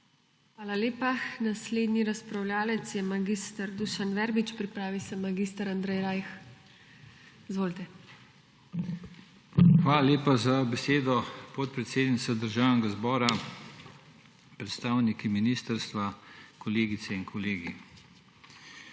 Hvala lepa. Naslednji razpravljavec je mag. Dušan Verbič, pripravi se mag. Andrej Rajh. Izvolite. **MAG. DUŠAN VERBIČ (PS SMC):** Hvala lepa za besedo, podpredsednica Državnega zbora, predstavniki ministrstva, kolegice in kolegi!